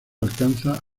alcanza